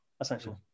essentially